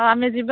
ହଁ ଆମେ ଯିବା